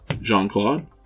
Jean-Claude